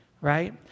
right